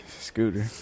Scooter